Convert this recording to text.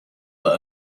that